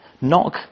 Knock